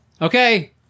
Okay